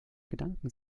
gedanken